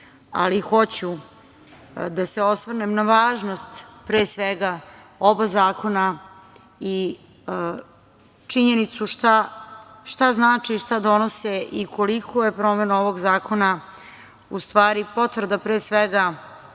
ali hoću da se osvrnem na važnost pre svega oba zakona i činjenicu šta znači i šta donose i koliko je promena ovog zakona u stvari potvrda pre svega